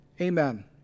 Amen